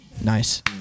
Nice